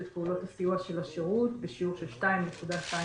פעולות הסיוע של השירות בשיעור של 2.2%,